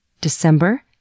December